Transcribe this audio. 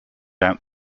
out